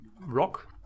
rock